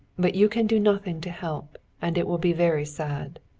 but you can do nothing to help, and it will be very sad.